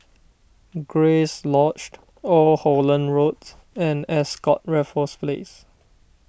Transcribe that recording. Grace Lodge Old Holland Road and Ascott Raffles Place